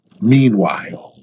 meanwhile